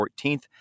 14th